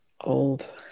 old